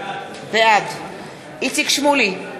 בעד איציק שמולי,